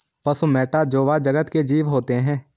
पशु मैटा जोवा जगत के जीव होते हैं